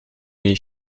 jej